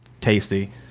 Tasty